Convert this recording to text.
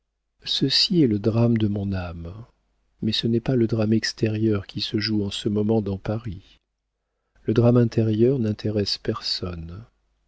ceci est le drame dans mon âme mais ce n'est pas le drame extérieur qui se joue en ce moment dans paris le drame intérieur n'intéresse personne